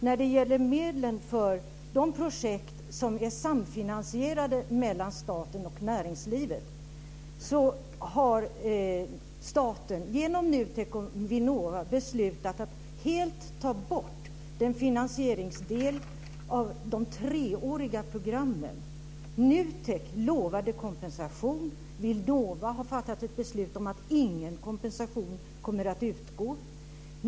När det gäller de projekt som samfinansieras av staten och näringslivet har staten genom NUTEK och Vinnova beslutat att helt ta bort finansieringen av de treåriga programmen. NUTEK lovade kompensation. Vinnova har fattat ett beslut om att ingen kompensation kommer att utgå.